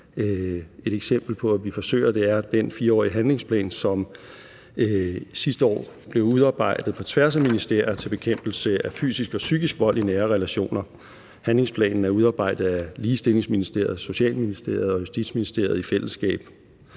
og skiftende regeringer – er den 4-årige handlingsplan, som sidste år blev udarbejdet på tværs af ministerier, til bekæmpelse af fysisk og psykisk vold i nære relationer. Handlingsplanen er udarbejdet af Ligestillingsministeriet, Socialministeriet og Justitsministeriet i fællesskab.